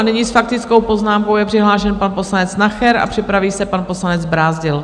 Nyní s faktickou poznámkou je přihlášen pan poslanec Nacher a připraví se pan poslanec Brázdil.